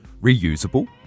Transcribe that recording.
reusable